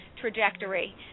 trajectory